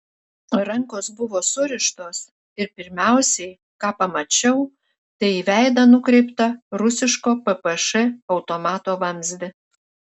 rankos buvo surištos ir pirmiausiai ką pamačiau tai į veidą nukreiptą rusiško ppš automato vamzdį